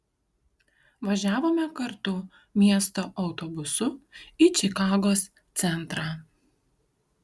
važiavome kartu miesto autobusu į čikagos centrą